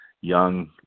young